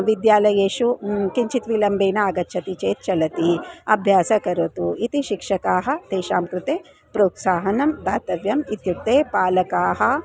विद्यालयेषु किञ्चित् विलम्बेन आगच्छति चेत् चलति अभ्यासं करोतु इति शिक्षकाः तेषां कृते प्रोत्साहनं दातव्यम् इत्युक्ते पालकाः